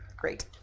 Great